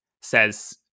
says